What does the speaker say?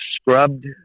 scrubbed